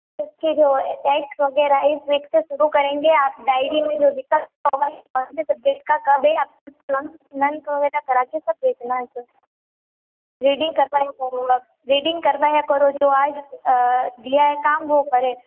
उसके जो टेस्ट वगैरह इस वीक से शुरू करेंगे आप डायरी में जो लिखा हुआ है कौन से सब्जेक्ट का कब है आप वगैरह करा के सब भेजना इसे रीडिंग करवाया करो आप रीडिंग करवाया करो जो आज दिया है काम वो करे